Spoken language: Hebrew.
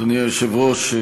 אדוני היושב-ראש,